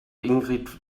ingrid